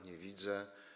Nie widzę.